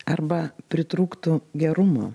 arba pritrūktų gerumo